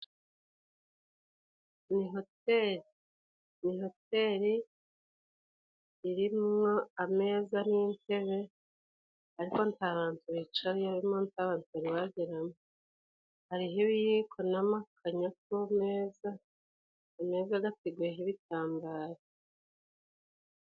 Ni hoteli ni hoteli irimwo ameza n'intebe, ariko nta bantu bicayemo nta bantu bari bageramo, hariho ibiyiko n'amakanya Ku meza, ameza gateguyeho ibitambaro.